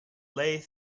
leigh